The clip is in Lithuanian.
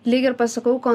lyg ir pasakau ko